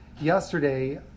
yesterday